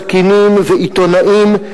סכינים ועיתונאים,